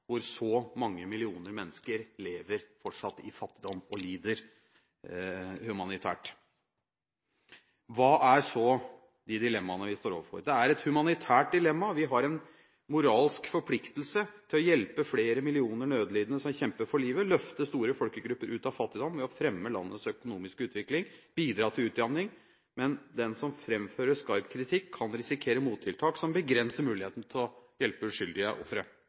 hvor så mange millioner mennesker fortsatt lever i fattigdom og lider humanitært. Hvilke er så de dilemmaene vi står overfor? Det er et humanitært dilemma. Vi har en moralsk forpliktelse til å hjelpe flere millioner nødlidende som kjemper for livet, og til å løfte store folkegrupper ut av fattigdom ved å fremme landets økonomiske utvikling og bidra til utjamning. Men den som framfører skarp kritikk, kan risikere mottiltak som begrenser muligheten til å hjelpe uskyldige ofre.